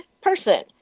person